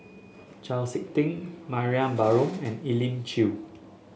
Chau SiK Ting Mariam Baharom and Elim Chew